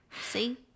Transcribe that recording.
See